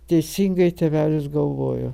teisingai tėvelis galvojo